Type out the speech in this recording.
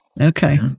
Okay